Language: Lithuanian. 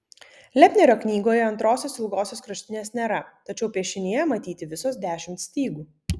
lepnerio knygoje antrosios ilgosios kraštinės nėra tačiau piešinyje matyti visos dešimt stygų